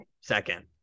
second